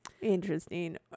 Interesting